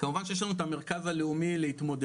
כמובן שיש לנו את המרכז הלאומי להתמודדות,